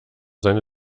seine